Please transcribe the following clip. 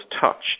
touched